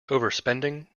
overspending